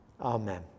Amen